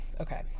okay